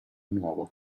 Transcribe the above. nuovo